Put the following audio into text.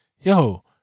yo